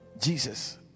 Jesus